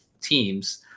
teams